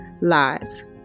lives